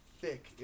thick